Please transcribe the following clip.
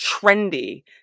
trendy